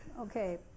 Okay